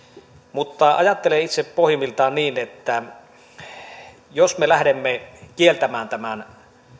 mutta ajattelen itse pohjimmiltani niin että jos me lähdemme kieltämään tämän